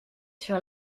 sur